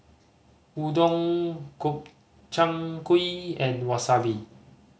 Udon Gobchang Gui and Wasabi